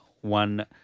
one